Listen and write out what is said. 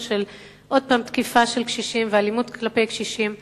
של עוד תקיפה של קשישים ואלימות כלפי קשישים.